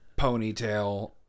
ponytail